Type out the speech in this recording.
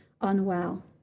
unwell